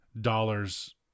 dollars